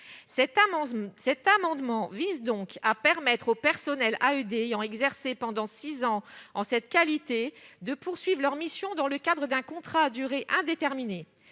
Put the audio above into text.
cet amendement vise donc à permettre au personnel AUD ayant exercé pendant 6 ans en cette qualité de poursuivent leur mission dans le cadre d'un contrat à durée indéterminée,